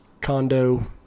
condo